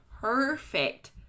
perfect